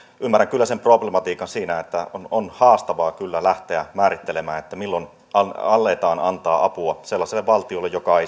ymmärrän kyllä sen problematiikan että on on haastavaa lähteä määrittelemään milloin aletaan antaa apua sellaiselle valtiolle joka ei